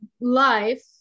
life